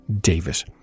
Davis